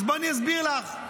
אז בואי אני אסביר לך: